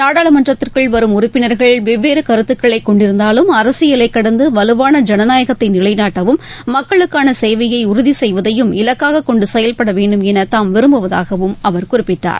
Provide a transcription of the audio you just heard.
நாடாளுமன்றத்திற்குள் வரும் உறப்பினர்கள் வெவ்வேறுகருத்துக்களைகொண்டிருந்தாலும் அரசியலைகடந்துவலுவான மக்களுக்கானசேவையைஉறுதிசெய்வதையும் இலக்காகொண்டுசெயல்படவேண்டும் எனதாம் விரும்புவதாகவும் அவர் குறிப்பிட்டார்